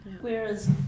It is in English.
Whereas